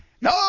No